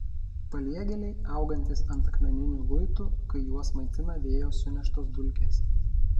paliegėliai augantys ant akmeninių luitų kai juos maitina vėjo suneštos dulkės